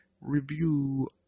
review